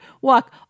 walk